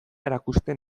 erakusten